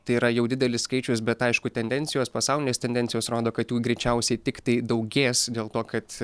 tai yra jau didelis skaičius bet aišku tendencijos pasaulinės tendencijos rodo kad jų greičiausiai tiktai daugės dėl to kad